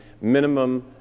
minimum